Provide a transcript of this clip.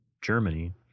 Germany